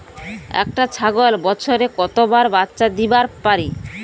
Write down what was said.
একটা ছাগল বছরে কতবার বাচ্চা দিবার পারে?